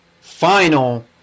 final